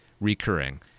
recurring